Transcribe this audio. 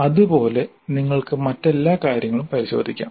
അതുപോലെ നിങ്ങൾക്ക് മറ്റെല്ലാ കാര്യങ്ങളും പരിശോധിക്കാം